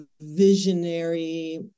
visionary